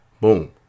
Boom